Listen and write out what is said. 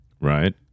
Right